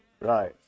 Right